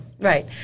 Right